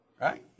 right